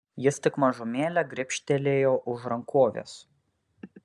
jis tik mažumėlę gribštelėjo už rankovės